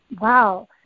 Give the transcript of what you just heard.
wow